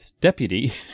deputy